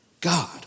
God